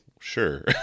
sure